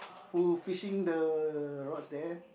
who fishing the rods there